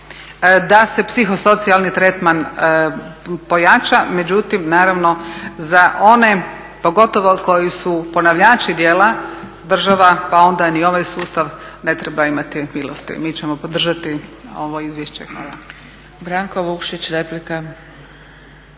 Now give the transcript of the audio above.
da se psihosocijalni tretman pojača. Međutim naravno za one, pogotovo koji su ponavljači djela, država pa onda ni ovaj sustav ne treba imati milosti. Mi ćemo podržati ovo izvješće, hvala. **Zgrebec, Dragica